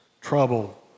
trouble